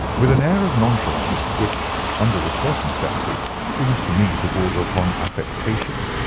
with an air of nonchalance which, under the circumstances, seemed to me to border upon affectation,